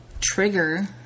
trigger